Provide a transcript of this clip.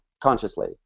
consciously